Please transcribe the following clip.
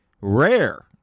rare